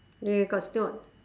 where got still got